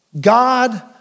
God